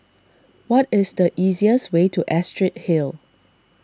what is the easiest way to Astrid Hill